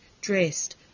dressed